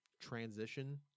transition